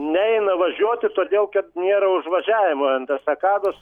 neina važiuoti todėl kad nėra užvažiavimo ant estakados